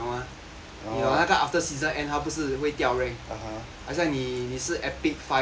你懂那个 after season end 它不是会掉 rank 好像你你是 epic five